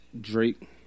Drake